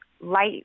light